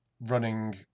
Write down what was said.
running